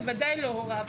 בוודאי לא הוריו.